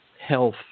health